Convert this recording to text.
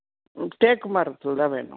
தேக்கு மரத்தில் தான் வேணும்